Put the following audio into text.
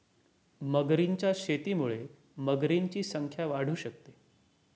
मगरींच्या शेतीमुळे मगरींची संख्या वाढू शकते